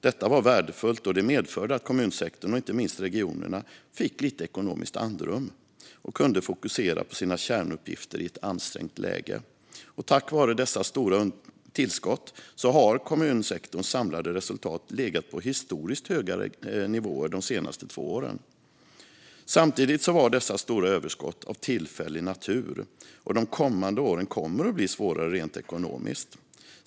Detta var värdefullt och medförde att kommunsektorn och inte minst regionerna fick lite ekonomiskt andrum och kunde fokusera på sina kärnuppgifter i ett ansträngt läge. Tack vare dessa stora tillskott har kommunsektorns samlade resultat legat på historiskt höga nivåer de senaste två åren. Samtidigt var dessa stora överskott av tillfällig natur, och de kommande åren kommer att bli svårare rent ekonomiskt.